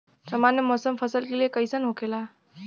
सामान्य मौसम फसल के लिए कईसन होखेला?